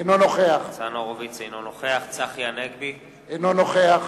אינו נוכח צחי הנגבי, אינו נוכח